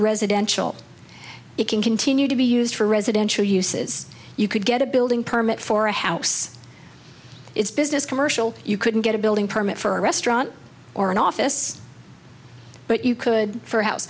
residential it can continue to be used for residential uses you could get a building permit for a house it's business commercial you couldn't get a building permit for a restaurant or an office but you could for house